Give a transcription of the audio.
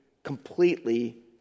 Completely